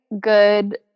good